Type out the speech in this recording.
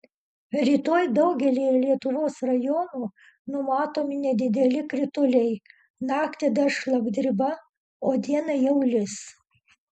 rytoj daugelyje lietuvos rajonų numatomi nedideli krituliai naktį dar šlapdriba o dieną jau lis